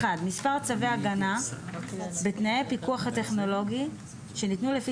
מספר צווי הגנה בתנאי הפיקוח הטכנולוגי שניתנו לפני